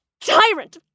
Tyrant